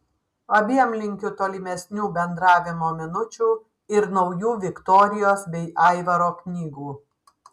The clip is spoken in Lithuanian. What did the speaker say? abiem linkiu tolimesnių bendravimo minučių ir naujų viktorijos bei aivaro knygų